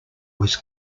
was